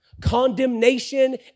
condemnation